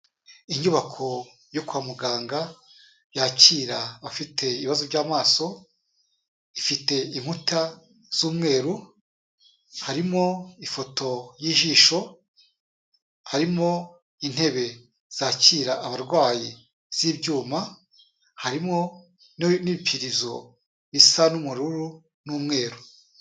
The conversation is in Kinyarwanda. Inyubako yo kwa muganga yakira abafite ibibazo by'amaso, ifite inkuta z'umweru, harimo ifoto y'ijisho, harimo intebe zakira abarwayi z'ibyuma, harimo n'ibipirizo bisa n'ubururu n'umweru.